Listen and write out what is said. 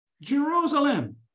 Jerusalem